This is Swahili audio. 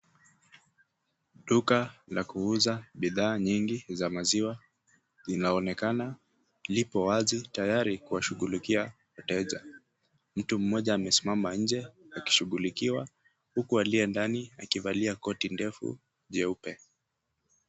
Duka la kuuza bidhaa nyingi za maziwa linaonekana, lipo wazi tayari kuwashughulikia wateja. Mtu mmoja amesimama nje akishughulikiwa, huku aliye ndani akivalia koti ndefu jeupe.